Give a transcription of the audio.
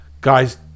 guys